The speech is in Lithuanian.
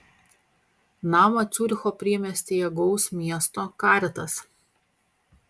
namą ciuricho priemiestyje gaus miesto caritas